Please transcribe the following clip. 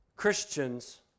Christians